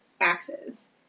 axes